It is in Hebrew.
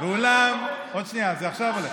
ואולם, עוד שנייה, זה עכשיו עולה.